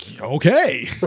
Okay